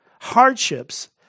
hardships